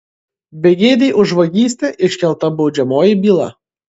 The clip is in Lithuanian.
begėdei už vagystę iškelta baudžiamoji byla